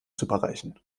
superreichen